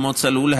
כמו צלול,